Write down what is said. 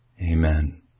Amen